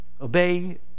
Obey